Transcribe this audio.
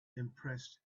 impressed